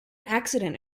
accident